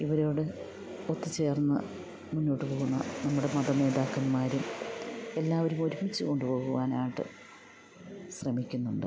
ഇവരോട് ഒത്തുചേർന്ന് മുന്നോട്ട് പോവുന്ന നമ്മുടെ മതനേതാക്കന്മാരും എല്ലാവരും ഒരുമിച്ച് കൊണ്ട് പോകുവാനായിട്ട് ശ്രമിക്കുന്നുണ്ട്